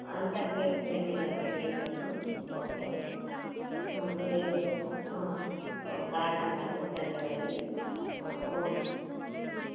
ಅಂಥ ಪ್ಲೇಸಸ್ ಏನಿಲ್ಲಲ್ಲ danger okay okay ಹ್ಞೂ ದೇವಸ್ಥಾನ ಹಾಂ ಹಾಂ ಗಾರ್ಡನ್ ಅದು ಚಂದ್ರವಳ್ಳಿ ಹಾಂ ಓಕೆ ಹ್ಞೂ